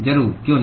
जरूर क्यों नहीं